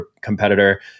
competitor